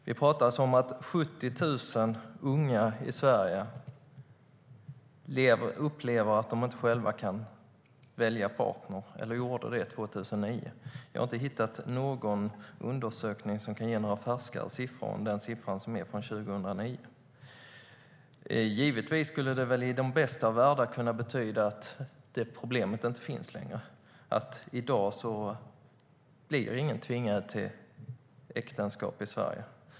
Det talas om att 70 000 unga i Sverige 2009 upplevde att de inte själva kunde välja partner. Jag har inte hittat någon undersökning som kan ge några färskare siffror än den siffra som är från 2009. Givetvis skulle det väl i de bästa av världar betyda att det problemet inte finns längre, att i dag blir ingen tvingad till äktenskap i Sverige.